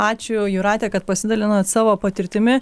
ačiū jūrate kad pasidalinot savo patirtimi